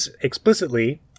explicitly